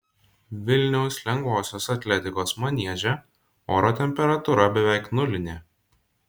vilniaus lengvosios atletikos manieže oro temperatūra beveik nulinė